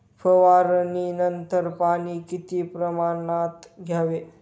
फवारणीनंतर पाणी किती प्रमाणात द्यावे?